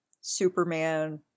Superman